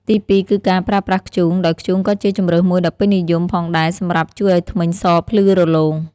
ទីពីរគឺការប្រើប្រាស់ធ្យូង ដោយធ្យូងក៏ជាជម្រើសមួយដ៏ពេញនិយមផងដែរសម្រាប់ជួយឲ្យធ្មេញសភ្លឺរលោង។